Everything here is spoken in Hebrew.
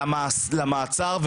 למעצר.